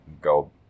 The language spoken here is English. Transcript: go